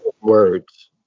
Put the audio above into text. words